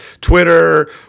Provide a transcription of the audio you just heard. Twitter